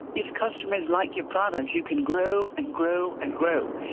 if customers like your products, you can grow and grow and grow.